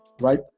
right